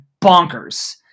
bonkers